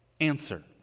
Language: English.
answer